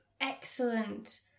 excellent